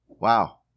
Wow